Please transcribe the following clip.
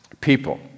people